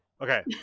Okay